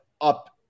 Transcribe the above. up